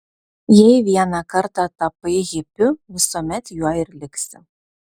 jei vieną kartą tapai hipiu visuomet juo ir liksi